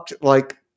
like-